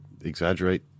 exaggerate